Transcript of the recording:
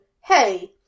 Hey